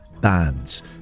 bands